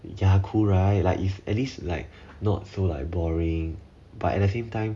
ya cool right like at least like not so like boring but at the same time